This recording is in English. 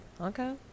okay